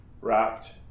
wrapped